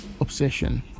obsession